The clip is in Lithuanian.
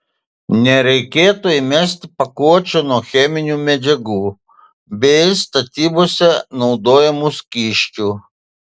nereikėtų įmesti pakuočių nuo cheminių medžiagų bei statybose naudojamų skysčių